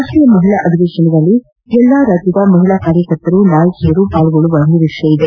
ರಾಷ್ಟೀಯ ಮಹಿಳಾ ಅಧಿವೇಶನದಲ್ಲಿ ಎಲ್ಲ ರಾಜ್ಯದ ಮಹಿಳಾ ಕಾರ್ಯಕರ್ತರು ನಾಯಕಿಯರು ಭಾಗವಹಿಸುವ ನಿರೀಕ್ಷೆ ಇದೆ